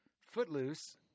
Footloose